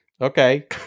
okay